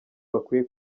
bakwiye